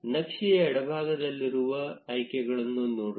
ನಕ್ಷೆಯ ಎಡಭಾಗದಲ್ಲಿರುವ ಆಯ್ಕೆಗಳನ್ನು ನೋಡೋಣ